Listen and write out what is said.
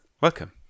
Welcome